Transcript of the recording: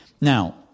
Now